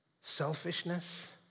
Selfishness